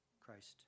Christ